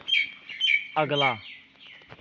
अगला